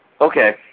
Okay